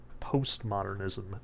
postmodernism